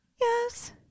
yes